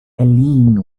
eileen